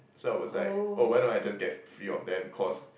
so I was like oh why not I just get a few of them cause